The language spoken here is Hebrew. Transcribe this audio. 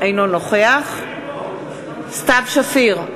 אינו נוכח סתיו שפיר,